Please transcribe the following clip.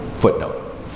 footnote